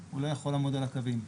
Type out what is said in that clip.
הוא לא יוכל לעמוד על הקווים.